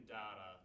data